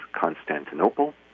Constantinople